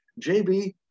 JB